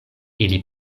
ili